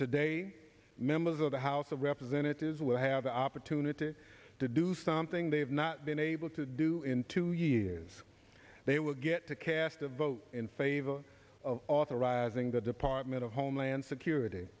today members of the house of representatives will have the opportunity to do something they have not been able to do in two years they will get to cast a vote in favor of authorizing the department of homeland security